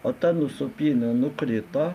o ta nuo supynių nukrito